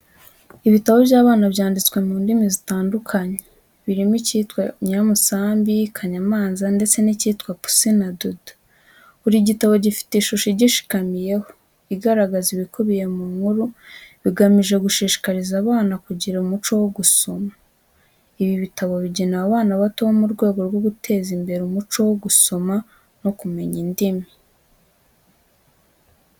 Ibitabo by’abana byanditswe mu ndimi zitandukanye, birimo icyitwa Nyiramusambi, Kanyamanza ndetse n’icyitwa Pusi na Dudu. Buri gitabo gifite ishusho igishamikiyeho, igaragaza ibikubiye mu nkuru, bigamije gushishikariza abana kugira umuco wo gusoma. Ibi bitabo bigenewe abana bato mu rwego rwo guteza imbere umuco wo gusoma no kumenya indimi.